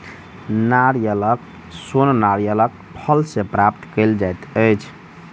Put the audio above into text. नारियलक सोन नारियलक फल सॅ प्राप्त कयल जाइत अछि